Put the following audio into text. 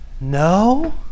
no